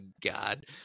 God